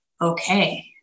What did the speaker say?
okay